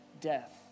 death